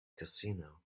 casino